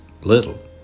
little